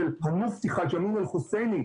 של המופתי חאג' אל חוסייני,